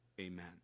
Amen